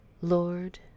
lord